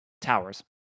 towers